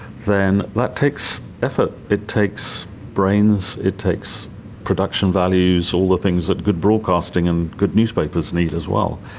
then that takes effort, it takes brains, it takes production values, all the things that good broadcasting and good newspapers need as well.